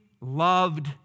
loved